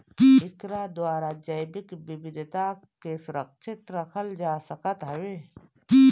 एकरा द्वारा जैविक विविधता के सुरक्षित रखल जा सकत हवे